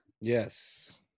Yes